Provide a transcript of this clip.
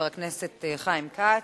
חבר הכנסת חיים כץ.